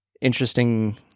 interesting